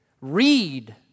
Read